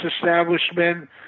establishment